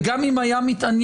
וגם אם היה מתעניין,